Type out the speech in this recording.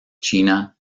china